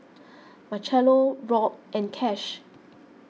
Marchello Robb and Cash